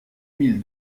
mille